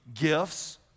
gifts